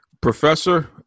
Professor